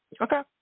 Okay